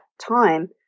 time